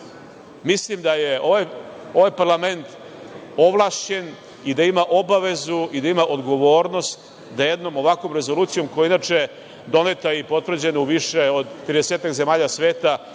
mislim da je ovaj parlament ovlašćen i da ima obavezu i da ima odgovornost da jednom ovakvom rezolucijom, koja je inače doneta i potvrđena u više od 30-ak zemalja sveta,